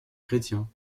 chrétiens